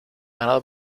ganado